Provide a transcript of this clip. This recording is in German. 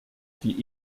die